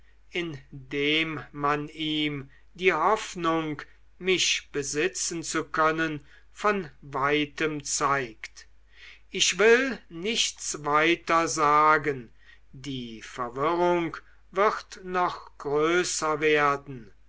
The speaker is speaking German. indem man ihm die hoffnung mich besitzen zu können von weitem zeigt ich will nichts weiter sagen die verwirrung wird noch größer werden